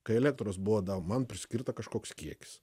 kai elektros buvo dar man priskirta kažkoks kiekis